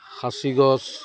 খাচিগছ